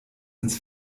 ins